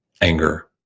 anger